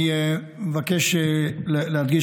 אני מבקש להדגיש,